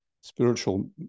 spiritual